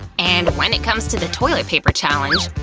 and when it comes to the toilet paper challenge,